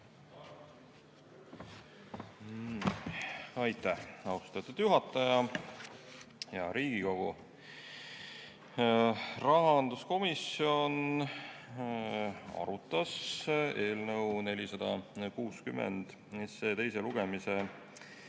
Aitäh, austatud juhataja! Hea Riigikogu! Rahanduskomisjon arutas eelnõu 460 teise lugemise